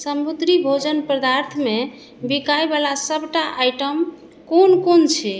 समुद्री भोजन पदार्थमे बिकाइवला सभटा आइटम कोन कोन छै